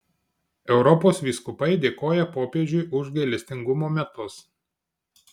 europos vyskupai dėkoja popiežiui už gailestingumo metus